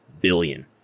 billion